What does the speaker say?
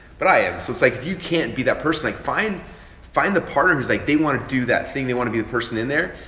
but i am, so it's like if you can't be that person, like find find the partner who's like they wanna do that thing. they wanna be the person in there.